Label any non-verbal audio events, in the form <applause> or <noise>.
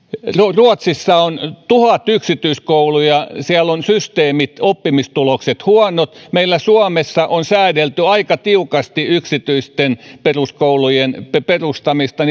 ruotsissa on tuhat yksityiskoulua siellä on systeemit ja oppimistulokset huonot meillä suomessa on säädelty aika tiukasti yksityisten peruskoulujen perustamista <unintelligible>